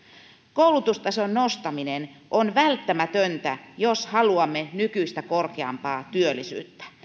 koulutustason nostaminen on välttämätöntä jos haluamme nykyistä korkeampaa työllisyyttä